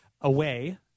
away